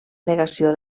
negació